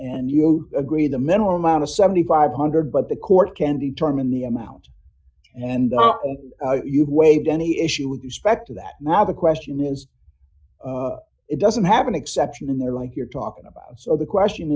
and you agree the minimal amount of seven thousand five hundred but the court can determine the amount and you've waived any issue with respect to that now the question is it doesn't have an exception in there like you're talking about so the question